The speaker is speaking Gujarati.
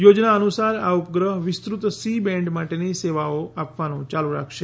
યોજના અનુસાર આ ઉપગ્રહ વિસ્તૃત સી બેન્ડ માટેની સેવાઓ આપવાનું યાલુ રાખશે